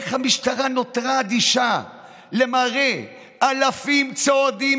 איך המשטרה נותרה אדישה למראה אלפי צועדים